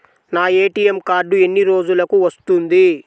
నా ATM card ఎన్ని రోజులకు వస్తుంది?